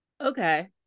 Okay